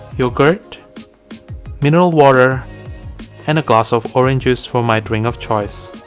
yogurt mineral water and a glass of orange juice for my drink of choice